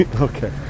Okay